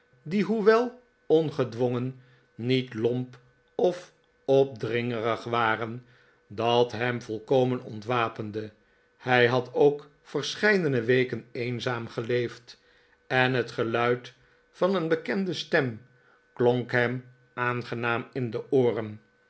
die hoewel ongedwongen niet lomp of opdringerig waren dat hem volkomen ontwapende hij had ook verscheidene weken eenzaam geleefd en het geluid van een bekende stem klonk hem aangenaam in de ooren